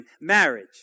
marriage